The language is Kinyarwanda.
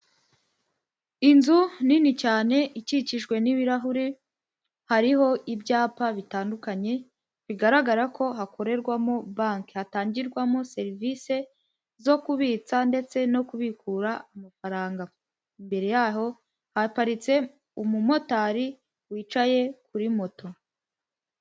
Inzu nini cyane ikikijwe n'ibirahuri, hariho ibyapa bitandukanye, bigaragara ko hakorerwamo banki hatangirwamo serivisi zo kubitsa ndetse no kubikura amafaranga. Imbere yaho haparitse umumotari wicaye kuri moto.